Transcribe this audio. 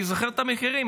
אני זוכר את המחירים.